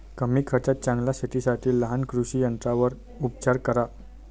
कमी खर्चात चांगल्या शेतीसाठी लहान कृषी यंत्रांवर उपचार करा